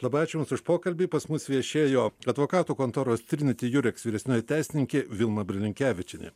labai ačiū už pokalbį pas mus viešėjo advokatų kontoros triniti jureks vyresnioji teisininkė vilma brilinkevičienė